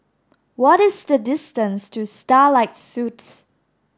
what is the distance to Starlight Suites